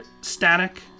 static